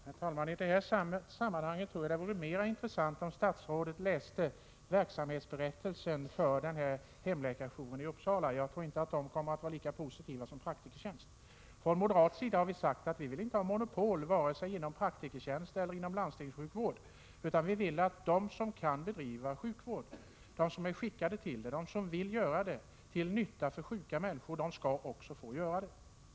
Herr talman! I detta sammanhang vore det mera intressant om statsrådet läste verksamhetsberättelsen för hemläkarjouren i Uppsala. Jag tror inte att den kommer att vara lika positiv som Praktikertjänsts. Från moderat sida har vi sagt att vi inte vill ha monopol vare sig för privatvård eller för landstingets sjukvård. Vi vill att de som kan bedriva sjukvård, som är skickade för det och som vill göra det till nytta för sjuka människor också skall få göra det.